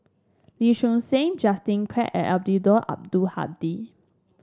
Lee Choon Seng Justin Quek and Eddino Abdul Hadi